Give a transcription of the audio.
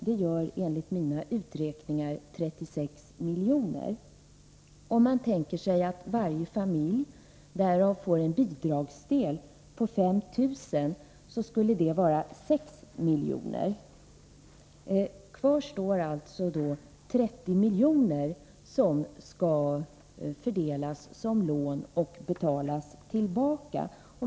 Det gör, enligt mina uträkningar, 36 milj.kr. Om man tänker sig att varje familj får en bidragsdel på 5 000 kr. av de 30 000 kronorna skulle det innebära 6 milj.kr. Kvar står alltså 30 milj.kr., som skall fördelas som lån och betalas tillbaka.